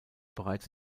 bereits